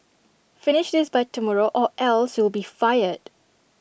finish this by tomorrow or else you'll be fired